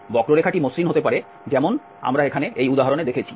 বক্ররেখাটি মসৃণ হতে পারে যেমন আমরা এখানে এই উদাহরণে দেখেছি